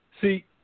See